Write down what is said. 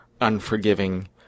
unforgiving